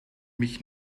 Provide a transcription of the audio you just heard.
mich